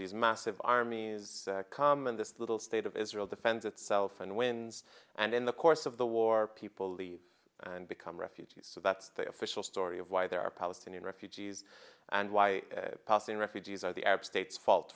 these massive armies come and this little state of israel defends itself and wins and in the course of the war people leave and become refugees so that's the official story of why there are palestinian refugees and why passing refugees are the arab states fault